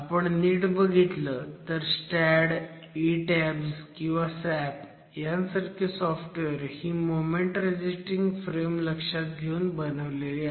आपण नीट बघितलं तर STAAD ETABS किंवा SAP यांसारखी सॉफ्टवेअर ही मोमेंट रेझिस्टिंग फ्रेम लक्षात घेऊन बनवलेली आहेत